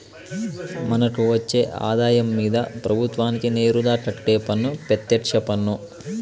మనకు వచ్చే ఆదాయం మీద ప్రభుత్వానికి నేరుగా కట్టే పన్ను పెత్యక్ష పన్ను